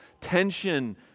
tension